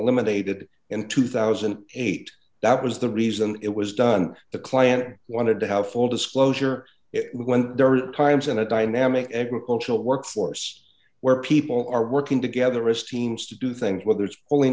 eliminated in two thousand and eight that was the reason it was done the client wanted to have full disclosure when there are times in a dynamic agricultural workforce where people are working together esteems to do things whether it's only